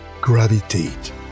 gravitate